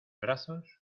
brazos